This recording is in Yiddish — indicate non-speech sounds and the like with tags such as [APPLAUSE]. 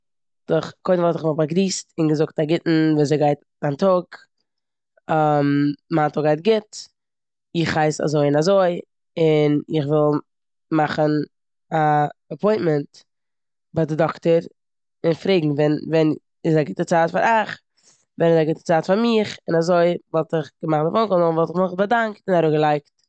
איך- קודם וואלט איך מיך באגריסט און געזאגט א גוטן, וויאזוי גייט דיין טאג, [HESITATION] מיין טאג גייט גוט. איך הייס אזוי און אזוי און איך וויל מאכן א אפוינטמענט ביי די דאקטער און פרעגן ווען- ווען איז א גוטע צייט פאר אייך, ווען איז א גוטע צייט פאר מיך און אזוי וואלט איך געמאכט די פאון קאל. נאכדעם וואלט איך מיך באדאנקט און אראפגעלייגט.